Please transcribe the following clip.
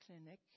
clinic